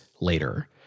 later